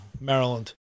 Maryland